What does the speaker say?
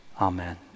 Amen